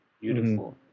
beautiful